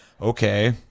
okay